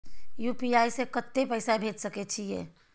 UPI से कत्ते पैसा भेज सके छियै?